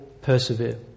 persevere